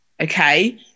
okay